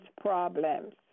problems